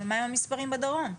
ומה הם המספרים בדרום?